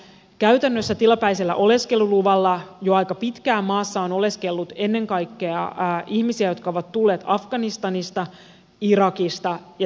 käytännössä tilapäisellä oleskeluluvalla jo aika pitkään maassa on oleskellut ennen kaikkea ihmisiä jotka ovat tulleet afganistanista irakista ja somaliasta